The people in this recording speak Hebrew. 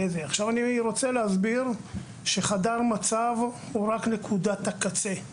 אני רוצה להסביר שחדר מצב הוא רק נקודת הקצה;